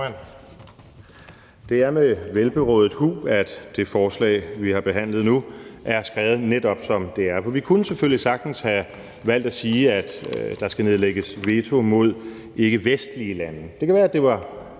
Det er med velberådet hu, at det forslag, vi har behandlet nu, er skrevet netop, som det er, for vi kunne jo selvfølgelig sagtens have valgt at sige, at der skal nedlægges veto mod ikkevestlige lande. Det kan være, det var